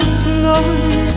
slowly